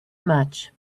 much